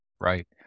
Right